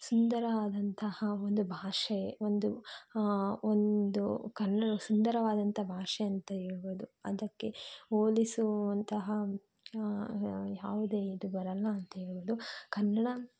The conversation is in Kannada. ಸುಂದರವಾದಂತಹ ಒಂದು ಭಾಷೆ ಒಂದು ಒಂದು ಕನ್ನಡ ಸುಂದರವಾದಂಥ ಭಾಷೆ ಅಂತ ಹೇಳ್ಬೋದು ಅದಕ್ಕೆ ಹೋಲಿಸುವಂತಹ ಯಾವುದೇ ಇದು ಬರಲ್ಲ ಅಂತ ಹೇಳ್ಬೋದು ಕನ್ನಡ